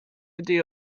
ydi